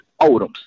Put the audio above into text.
Odoms